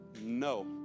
No